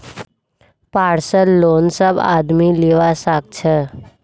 personal loan सब आदमी लीबा सखछे